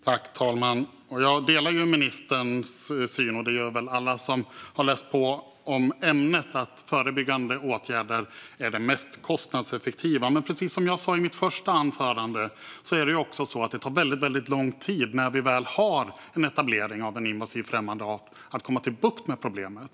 Fru talman! Jag delar ministerns syn. Det gör väl alla som har läst på om ämnet. Förebyggande åtgärder är det mest kostnadseffektiva. Precis som jag sa i mitt första anförande tar det väldigt lång tid när vi väl har en etablering av en invasiv främmande art att få bukt med problemet.